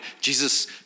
Jesus